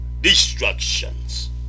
destructions